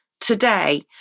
today